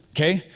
okay?